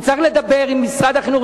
הוא צריך לדבר עם משרד החינוך.